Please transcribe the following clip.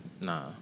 Nah